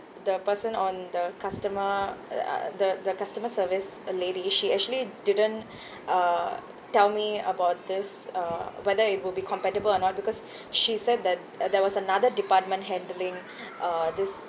the person on the customer uh uh the the customer service a lady she actually didn't uh tell me about this uh whether it will be compatible or not because she said that there was another department handling uh this